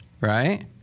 right